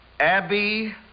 Abby